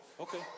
Okay